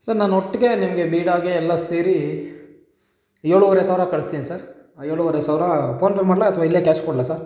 sir ನಾನು ಒಟ್ಟಿಗೆ ನಿಮಗೆ ಬೀಡಾಗೆ ಎಲ್ಲ ಸೇರಿ ಏಳುವರೆ ಸಾವಿರ ಕಳಿಸ್ತೀನಿ ಸರ್ ಏಳುವರೆ ಸಾವಿರ ಫೋನ್ ಪೇ ಮಾಡಲಾ ಅಥ್ವಾ ಇಲ್ಲೇ ಕ್ಯಾಶ್ ಕೊಡಲಾ ಸರ್